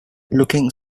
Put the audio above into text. looking